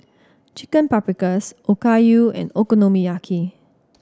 Chicken Paprikas Okayu and Okonomiyaki